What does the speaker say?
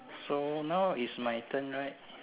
so now is my turn right